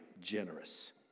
generous